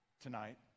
tonight